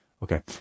Okay